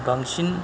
बांसिन